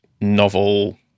novel